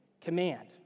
command